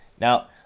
Now